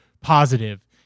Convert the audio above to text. positive